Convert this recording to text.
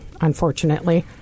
unfortunately